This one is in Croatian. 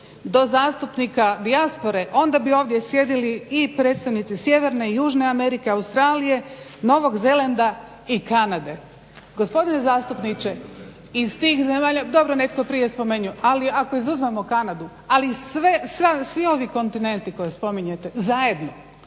do zastupnika dijaspore onda bi ovdje sjedili i predstavnici sjeverne i južne Amerike, Australije, Novog Zelanda i Kanade. Gospodine zastupniče iz tih zemalja … /Upadica se ne razumije./… Dobro netko je prije spomenuo, ali ako izuzmemo Kanadu ali svi ovi kontinenti koje spominjete zajedno